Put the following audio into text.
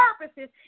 purposes